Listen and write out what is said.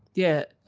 yeah,